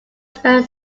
spend